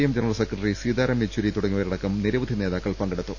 M general secretary Sitaram Yechury തുടങ്ങിയവരടക്കം നിര വധി നേതാക്കൾ പങ്കെടുത്തു